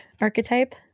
archetype